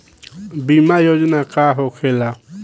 बीमा योजना का होखे ला?